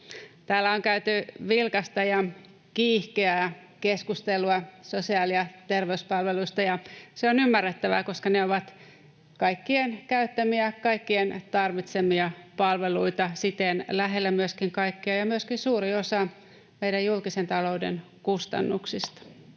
Täällä on käyty vilkasta ja kiihkeää keskustelua sosiaali- ja terveyspalveluista, ja se on ymmärrettävää, koska ne ovat kaikkien käyttämiä, kaikkien tarvitsemia palveluita, siten myöskin lähellä kaikkia ja myöskin suuri osa meidän julkisen talouden kustannuksista.